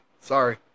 sorry